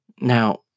Now